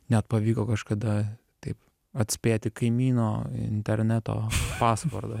net pavyko kažkada taip atspėti kaimyno interneto pasvordą